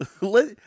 let